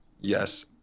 yes